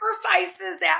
sacrifices